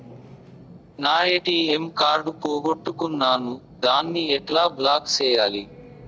నా ATM card పోగొట్టుకున్నాను, దాన్ని ఎట్లా బ్లాక్ సేయాలి?